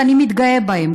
ואני מתגאה בהם,